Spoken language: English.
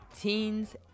Teens